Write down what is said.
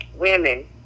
women